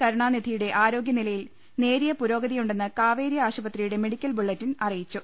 കരുണാനിധിയുടെ ആരോഗ്യനിലയിൽ നേരിയ പുരോ ഗതിയുണ്ടെന്ന് കാവേരി ആശുപത്രിയുടെ മെഡിക്കൽ ബുള്ളറ്റിൻ അറിയിച്ചു